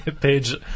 page